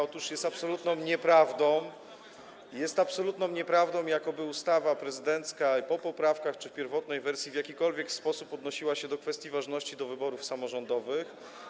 Otóż jest absolutną nieprawdą, jest absolutną nieprawdą, jakoby ustawa prezydencka po poprawkach czy w pierwotnej wersji w jakikolwiek sposób odnosiła się do kwestii ważności wyborów samorządowych.